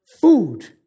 food